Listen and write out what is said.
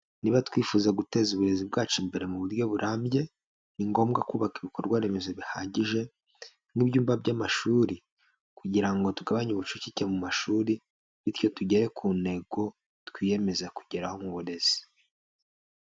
Niba twifuza guteza uburezi bwacu imbere mu buryo burambye, ni ngombwa kubaka ibikorwa remezo bihagije n'ibyumba by'amashuri kugira ngo tugabanye ubucucike mu mashuri, bityo tugere ku ntego twiyemeza kugeraho mu burezi.